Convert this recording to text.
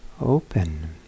open